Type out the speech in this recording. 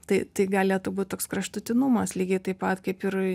tai tai galėtų būt toks kraštutinumas lygiai taip pat kaip ir